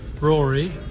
Rory